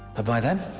ah by then,